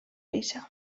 gisa